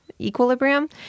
equilibrium